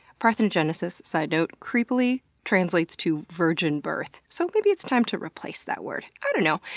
parthenogenesis, sidenote, creepily translates to virgin birth. so maybe it's time to replace that word, i don't know.